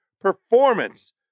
performance